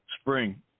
spring